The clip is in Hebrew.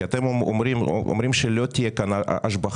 כי אתם אומרים שלא תהיה כאן השבחה